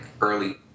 early